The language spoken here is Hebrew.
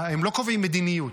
הם לא קובעים מדיניות.